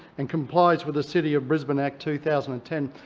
and complies with the city of brisbane act two thousand and ten.